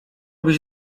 byś